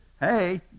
hey